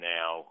now